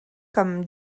comme